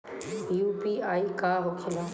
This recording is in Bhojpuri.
यू.पी.आई का होखेला?